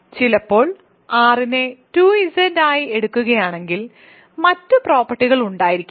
ചിലപ്പോൾ R നെ 2Z ആയി എടുക്കുകയാണെങ്കിൽ മറ്റ് പ്രോപ്പർട്ടികൾ ഉണ്ടായിരിക്കും